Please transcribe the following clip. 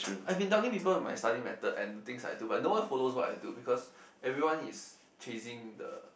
I've been telling people of my study method and the things I do but no one follow what's I do because everyone is chasing the